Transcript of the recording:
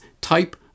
type